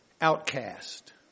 outcast